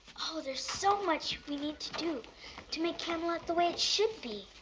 oh, there's so much we need to do to make camelot the way it should be.